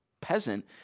peasant